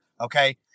Okay